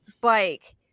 bike